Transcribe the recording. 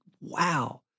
wow